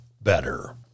better